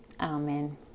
amen